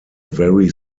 very